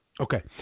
Okay